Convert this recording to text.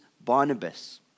Barnabas